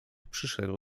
przyszedł